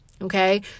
Okay